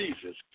Jesus